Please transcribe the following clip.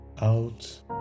out